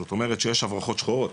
זאת אומרת שיש הברחות שחורות,